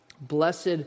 Blessed